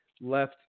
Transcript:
left